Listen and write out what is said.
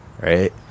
Right